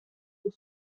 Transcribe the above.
pour